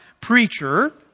preacher